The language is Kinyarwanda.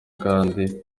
kandi